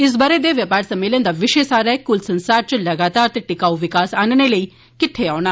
इस ब'रे दे व्यौपार सम्मेलन दा विषय सार ऐ कुल संसार इच लगातार ते टिकाऊ विकास आनने लेई किटठे औना